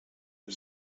the